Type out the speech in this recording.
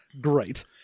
Great